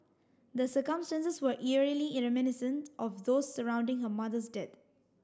the circumstances were eerily in reminiscent of those surrounding her mother's dead